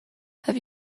have